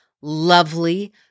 lovely